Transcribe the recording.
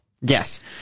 Yes